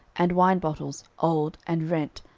and wine bottles, old, and rent,